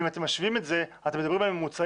אם אתם משווים את זה ואתם מדברים על ממוצעים,